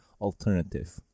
alternative